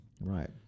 Right